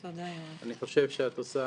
אני חושב שאת עושה